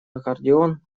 аккордеон